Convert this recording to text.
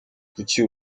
kuki